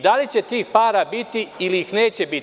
Da li će tih para biti ili ih neće biti?